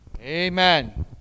Amen